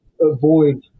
avoid